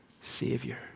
savior